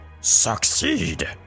succeed